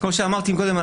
כמו שאמרתי מקודם,